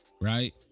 right